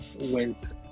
went